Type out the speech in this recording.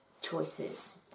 choices